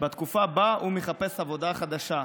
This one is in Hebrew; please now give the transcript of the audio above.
בתקופה שבה הוא מחפש עבודה חדשה.